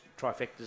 trifectas